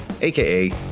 aka